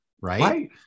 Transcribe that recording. Right